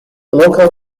local